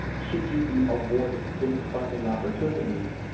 should you be awarded this funding opportunity,